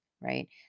right